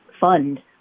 fund